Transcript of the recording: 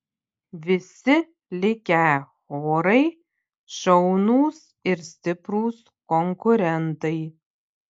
visi likę chorai šaunūs ir stiprūs konkurentai